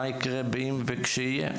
מה יקרה אם וכשיהיה.